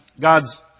God's